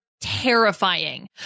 terrifying